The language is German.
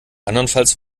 andernfalls